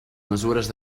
mesures